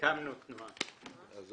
יש